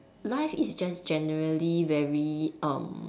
life is just generally very um